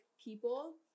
people